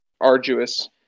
arduous